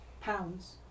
pounds